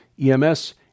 EMS